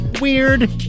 Weird